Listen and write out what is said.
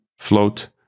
float